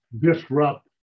disrupt